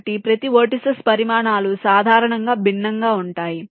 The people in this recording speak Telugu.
కాబట్టి ప్రతి వెర్టిసిస్ పరిమాణాలు సాధారణంగా భిన్నంగా ఉంటాయి